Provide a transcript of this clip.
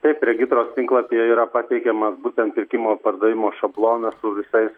taip regitros tinklapyje yra pateikiamas būtent pirkimo pardavimo šablonas su visais